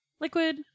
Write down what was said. liquid